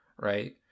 right